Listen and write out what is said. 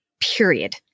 period